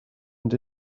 and